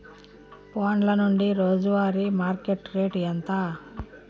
ఫోన్ల నుండి రోజు వారి మార్కెట్ రేటు ఎంత?